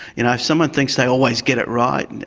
you know if someone thinks they always get it right, and